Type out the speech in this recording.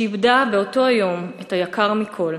שאיבדה באותו יום את היקר מכול,